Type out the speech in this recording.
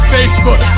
Facebook